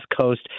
Coast